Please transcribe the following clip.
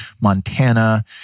Montana